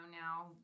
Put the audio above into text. now